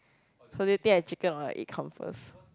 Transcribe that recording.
so do you think a chicken or egg come first